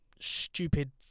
Stupid